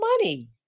money